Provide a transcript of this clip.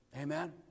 Amen